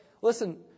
Listen